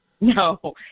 No